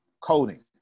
coding